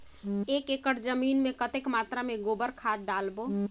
एक एकड़ जमीन मे कतेक मात्रा मे गोबर खाद डालबो?